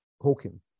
Hawking